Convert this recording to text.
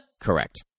correct